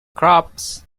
crops